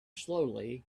slowly